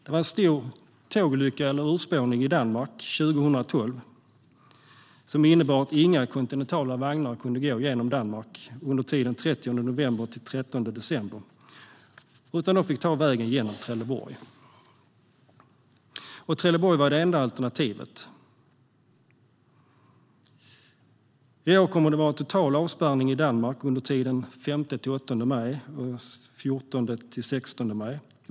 Det var en stor tågolycka, eller urspårning, i Danmark 2012 som innebar att inga kontinentala vagnar kunde gå genom Danmark mellan den 30 november och den 13 december, utan de fick ta vägen genom Trelleborg som var det enda alternativet. I år var det en total avspärrning i Danmark under tiden den 5-8 maj och den 14-16 maj.